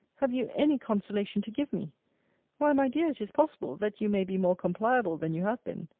have you any consolation to give me why, my dear, it is possible, that you may be more compliable than you have been.